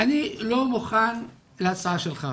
אני לא מוכן להצעה שלך.